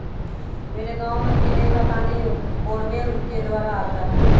मेरे गांव में पीने का पानी बोरवेल के द्वारा आता है